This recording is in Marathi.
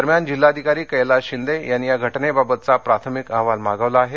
दरम्यान जिल्हाधिकारी कैलास शिंदे यांनी या घटनेबाबतचा प्राथमिक अहवाल मागवला आहे